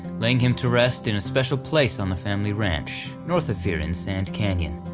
laying him to rest in a special place on the family ranch north of here in sand canyon,